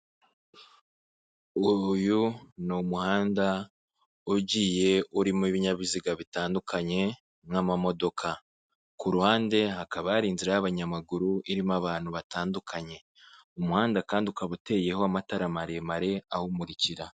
Uyu ni umuhanda ugiye uririmo ibinyabiziga bitandukanye nk'amamodoka, kuruhande hakaba hari inzira y'abanyamaguru irimo abantu batandukanye; umuhanda kandi ukaba uteyeho amatara maremare awumurikira.